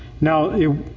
Now